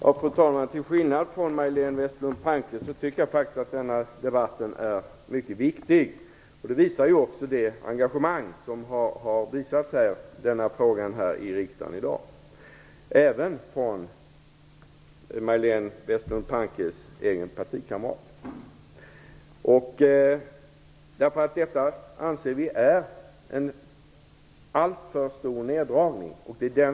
Fru talman! Till skillnad från Majléne Westerlund Panke tycker jag att denna debatt är mycket viktig. Det visar också det engagemang som visats i denna fråga i dag, även från Majléne Westerlund Pankes partikamrater. Vi anser att det handlar om en alltför stor neddragning.